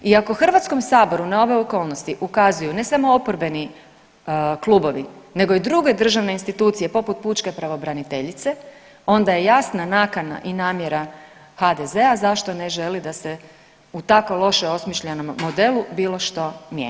I ako Hrvatskom saboru na ove okolnosti ukazuju ne samo oporbeni klubovi, nego i druge državne institucije poput pučke pravobraniteljice onda je jasna nakana i namjera HDZ-a zašto ne želi da se u tako loše osmišljenom modelu bilo što mijenja.